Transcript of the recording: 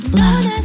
love